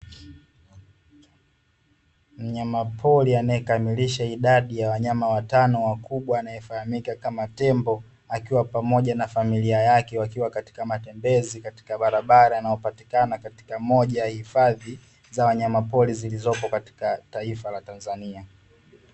Mnyamapori anayekamilisha idadi ya wanyama watano wakubwa anayefahamika kama tembo, akiwa pamoja na familia yake wakiwa katika matembezi katika barabara inayopatikana katika moja ya hifadhi wa wanyamapori zilizopo katika taifa la Tanzania.